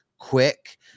quick